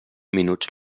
minuts